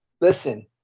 listen